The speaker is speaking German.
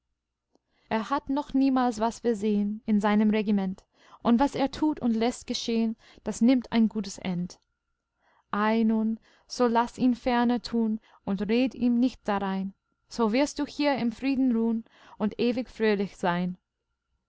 er hat noch niemals was versehn in seinem regiment und was er tut und läßt geschehn das nimmt ein gutes end ei nun so laß ihn ferner tun und red ihm nicht darein so wirst du hier im frieden ruhn und ewig fröhlich sein